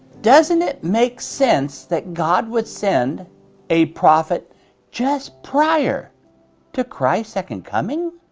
doesn't it make sense that god would send a prophet just prior to christ' second coming?